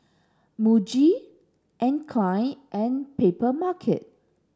Muji Anne Klein and Papermarket